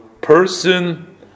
person